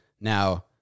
Now